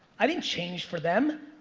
i didn't change for them.